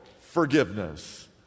forgiveness